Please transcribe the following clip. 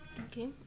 Okay